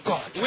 God